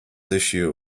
issue